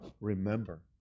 remember